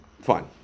Fine